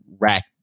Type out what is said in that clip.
rack